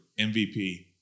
MVP